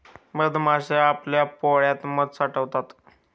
मधमाश्या आपल्या पोळ्यात मध साठवतात